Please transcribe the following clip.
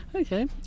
Okay